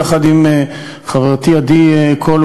יחד עם חברתי עדי קול,